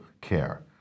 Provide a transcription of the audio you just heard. care